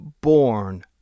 born